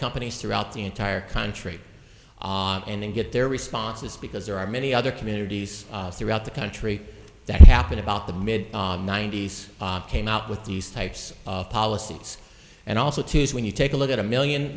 companies throughout the entire country and get their responses because there are many other communities throughout the country that happen about the mid ninety's came out with these types of policies and also to use when you take a look at a million